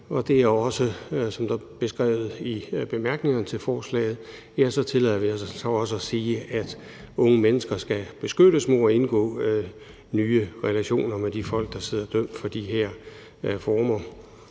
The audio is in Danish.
ofrene, og som det er beskrevet i bemærkningerne til forslaget, tillader vi os også at sige, at unge mennesker skal beskyttes mod at indgå nye relationer med de folk, der sidder dømt med de her former